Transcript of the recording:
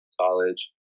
college